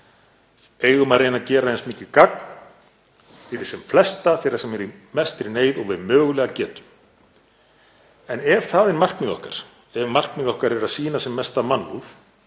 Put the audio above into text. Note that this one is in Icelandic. eigum að reyna að gera eins mikið gagn fyrir sem flesta sem eru í mestri neyð og við mögulega getum. En ef það er markmið okkar, ef markmið okkar er að sýna sem mesta mannúð